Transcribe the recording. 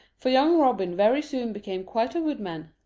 for young robin very soon became quite a woodman,